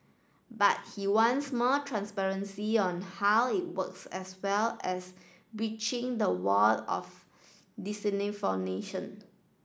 but he wants more transparency on how it works as well as a breaching of the wall of disinformation